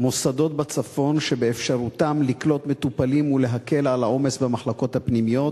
מוסדות בצפון שבאפשרותם לקלוט מטופלים ולהקל על העומס במחלקות הפנימיות,